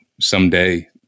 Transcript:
someday